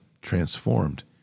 transformed